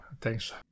Thanks